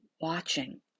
watching